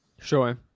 Sure